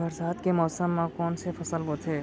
बरसात के मौसम मा कोन से फसल बोथे?